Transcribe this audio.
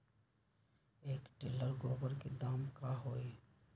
एक टेलर गोबर के दाम का होई?